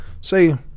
Say